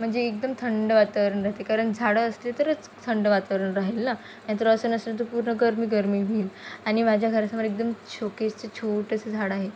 म्हणजे एकदम थंड वातावरण राहते कारण झाडं असले तरच थंड वातावरण राहील ना नाहीतर असं नसलं तर पूर्ण गर्मी गरमी होईल आणि माझ्या घरासमोर एकदम छोकेचं छोटेसं झाडं आहे